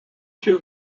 two